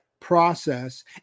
process